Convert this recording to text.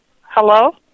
Hello